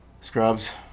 Scrubs